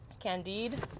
Candide